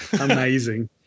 Amazing